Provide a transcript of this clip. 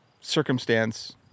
circumstance